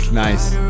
Nice